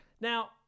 Now